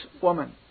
woman